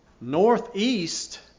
northeast